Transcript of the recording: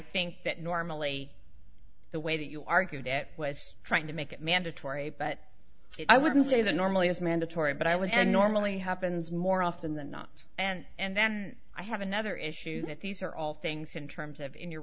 think that normally the way that you argued it was trying to make it mandatory but i wouldn't say that normally is mandatory but i would normally happens more often than not and and then i have another issue that these are all things in terms of in your